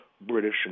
British